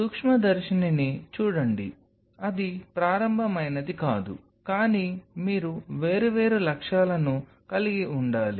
సూక్ష్మదర్శినిని చూడండి అది ప్రారంభమైనది కాదు కానీ మీరు వేర్వేరు లక్ష్యాలను కలిగి ఉండాలి